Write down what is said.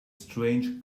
strange